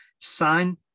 sign